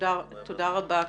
תודה רבה.